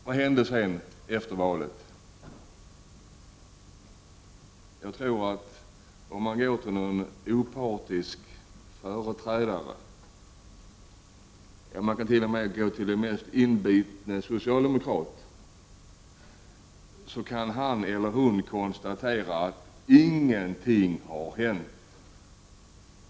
Vad hände sedan efter valet? Jag tror att om man går till en opartisk företrädare, eller t.o.m. till den mest inbitne socialdemokrat, kan han eller hon konstatera att ingenting har hänt.